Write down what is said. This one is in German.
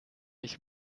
ich